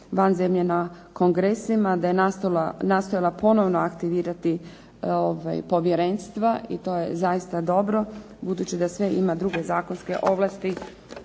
van zemlje na kongresima, da je nastojala ponovno aktivirati povjerenstva i to je zaista dobro, budući da sve ima druge zakonske ovlasti,